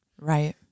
right